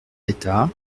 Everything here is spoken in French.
d’état